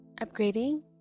Upgrading